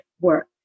work